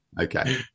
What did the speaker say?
Okay